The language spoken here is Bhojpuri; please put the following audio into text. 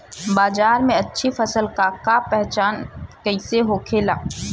बाजार में अच्छी फसल का पहचान कैसे होखेला?